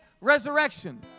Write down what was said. resurrection